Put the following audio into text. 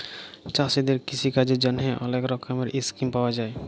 চাষীদের কিষিকাজের জ্যনহে অলেক রকমের ইসকিম পাউয়া যায়